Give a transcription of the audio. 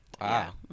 Wow